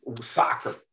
soccer